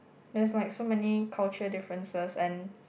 there's like so many culture differences and